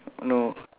no